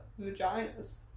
vaginas